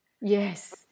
Yes